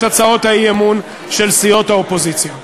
הצעות האי-אמון של סיעות האופוזיציה.